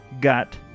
got